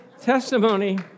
testimony